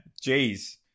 Jeez